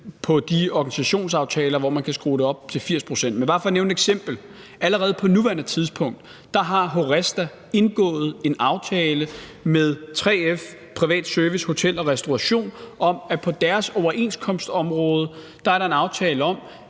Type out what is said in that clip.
i de organisationsaftaler, hvor man kan skrue det op til 80 pct. Men bare for at nævne et eksempel: Allerede på nuværende tidspunkt har HORESTA indgået en aftale med 3F Privat Service, Hotel og Restauration om, at på deres overenskomstområde må man gerne skrue